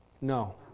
no